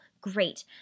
Great